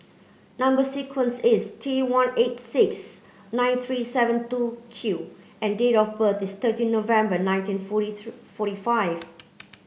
number sequence is T one eight six nine three seven two Q and date of birth is thirteen November nineteen forty forty five